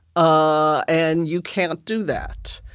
ah and you can't do that.